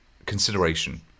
consideration